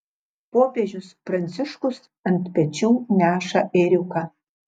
popiežius pranciškus ant pečių neša ėriuką